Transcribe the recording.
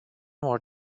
more